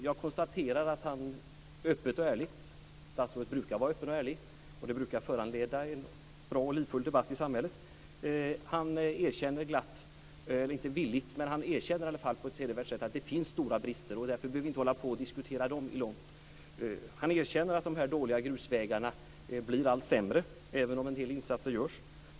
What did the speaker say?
Jag konstaterar att han öppet och ärligt - statsrådet brukar vara öppen och ärlig, och det brukar föranleda en bra och livfull debatt i samhället - och på ett hedervärt sätt erkänner att det finns stora brister. Därför behöver vi inte hålla på och diskutera dem. Han erkänner att de dåliga grusvägarna blir allt sämre, även om en del insatser görs.